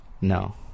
no